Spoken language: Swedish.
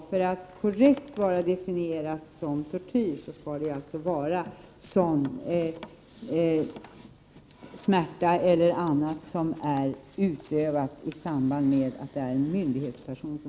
För att korrekt definieras som tortyr skall det vara smärta eller annat lidande som uppkommer i samband med myndighetsutövning.